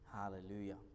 Hallelujah